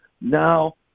now